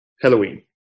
Halloween